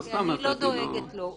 כי אני לא דואגת לו.